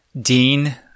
Dean